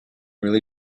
really